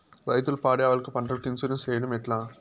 రైతులు పాడి ఆవులకు, పంటలకు, ఇన్సూరెన్సు సేయడం ఎట్లా?